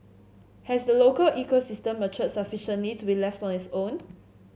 has the local ecosystem matured sufficiently to be left on its own